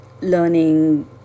learning